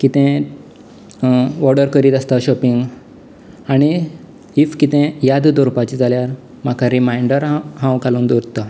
किते ओर्डर करीत आसता शॉपिंग आनी इफ कितें यादी दवरपाचे जाल्यार म्हाका रिमांयडर हांव घालून दवरता